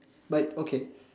but okay